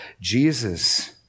Jesus